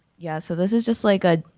yeah, so this is just like a